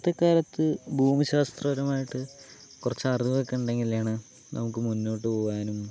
ഇന്നത്തെ കാലത്ത് ഭൂമിശാസ്ത്രപരമായിട്ട് കുറച്ച് അറിവൊക്കെ ഉണ്ടെങ്കിലാണ് നമുക്ക് മുന്നോട്ടു പോകാനും